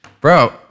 bro